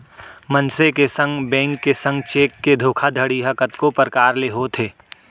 मनसे के संग, बेंक के संग चेक के धोखाघड़ी ह कतको परकार ले होथे